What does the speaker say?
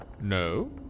No